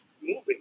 moving